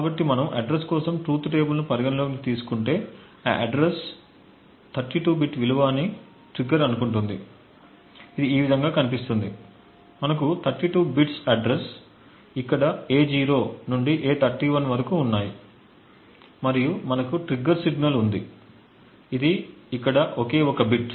కాబట్టి మనము అడ్రస్ కోసం ట్రూత్ టేబుల్ను పరిగణనలోకి తీసుకుంటే ఆ అడ్రస్ 32 బిట్ విలువ అని ట్రిగ్గర్ అనుకుంటుంది ఇది ఈ విధంగా కనిపిస్తుంది మనకు 32 బిట్స్ అడ్రస్ ఇక్కడ A0 నుండి A31 వరకు ఉన్నాయి మరియు మనకు ట్రిగ్గర్ సిగ్నల్ ఉంది ఇది ఇక్కడ ఒకే బిట్